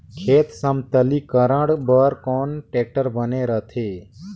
खेत समतलीकरण बर कौन टेक्टर बने रथे?